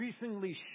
increasingly